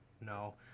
no